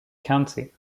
county